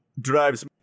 drives